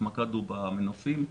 התמקדנו במנופים.